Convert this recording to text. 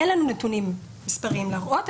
אין לנו נתונים מספריים להראות,